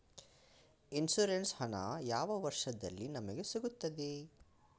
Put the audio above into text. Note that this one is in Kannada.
ಇನ್ಸೂರೆನ್ಸ್ ಹಣ ಯಾವ ವರ್ಷದಲ್ಲಿ ನಮಗೆ ಸಿಗುತ್ತದೆ?